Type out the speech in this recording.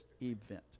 event